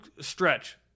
stretch